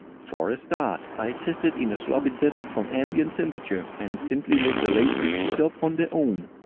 for a start, i tested in a sloppy setup from ambient temperature and simply let the lasers heat up on their own.